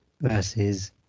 versus